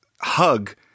hug